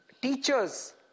teachers